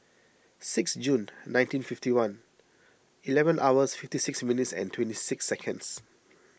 sixth Jun nineteen fifty one eleven hours fifty six minutes and twenty six seconds